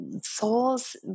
souls